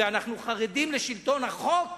ואנחנו חרדים לשלטון החוק,